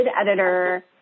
editor